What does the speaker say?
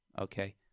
Okay